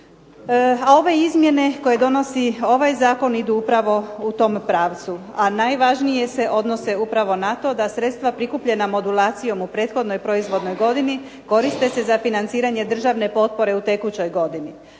A ove izmjene koje donosi ovaj zakon idu upravo u tom pravcu. A najvažnije se odnose upravo na to da sredstva prikupljena modulacijom u prethodnoj proizvodnoj godini koriste se za financiranje državne potpore u tekućoj godini,